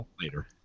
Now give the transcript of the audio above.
later